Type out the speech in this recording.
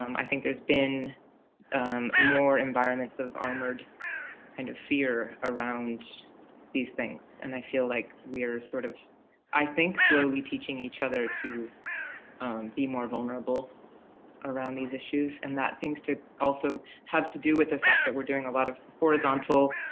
um i think there's been more environments of armored kind of fear around these things. and i feel like we're, sort of i think, slowly teaching each other to be more vulnerable around these issues. and that seems to also have to do with the fact that we're doing a lot of horizontal